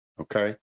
okay